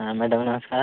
ହଁ ମାଡାମ୍ ନମସ୍କାର